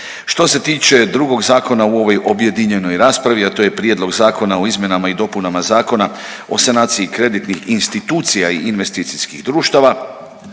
Što se tiče drugog zakona o ovoj objedinjenoj raspravi, a to je Prijedlog Zakona o izmjenama i dopunama Zakona o sanaciji kreditnih institucija i investicijskih društava